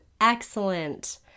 excellent